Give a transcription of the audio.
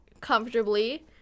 comfortably